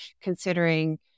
considering